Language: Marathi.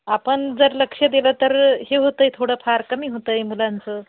आपण जर लक्ष दिलं तर हे होत आहे थोडंफार कमी होत आहे मुलांचं